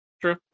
True